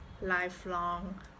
lifelong